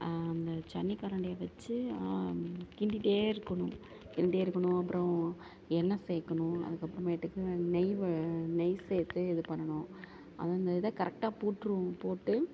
ஜன்னி கரண்டியே வச்சு கிண்டிகிட்டே இருக்கணும் கிண்டே இருக்கணும் அப்பறம் எண்ணெய் சேர்க்கணும் அதுக்கு அப்புறமேட்டுக்கு நெய் வ நெய் சேர்த்து இது பண்ணணும் அதான் அந்த இதை கரெக்டாக போட்டுருவோம் போட்டு